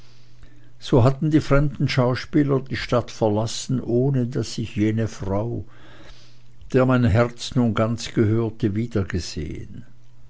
so hatten die fremden schauspieler die stadt verlassen ohne daß ich jene frau der mein herz nun ganz gehörte wiedergesehen